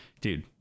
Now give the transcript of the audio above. Dude